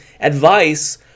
advice